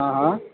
हा हा